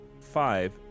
five